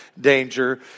danger